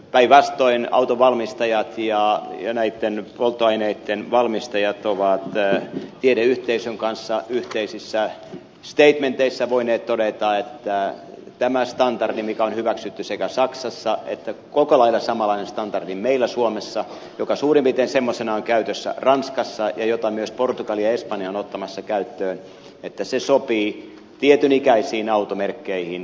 päinvastoin autonvalmistajat ja polttoaineitten valmistajat ovat tiedeyhteisön kanssa yhteisissä statementeissa voineet todeta että tämä standardi joka on hyväksytty sekä saksassa että koko lailla samanlainen standardi meillä suomessa ja joka suurin piirtein semmoisenaan on käytössä ranskassa ja jota myös portugali ja espanja ovat ottamassa käyttöön sopii tietyn ikäisiin automerkkeihin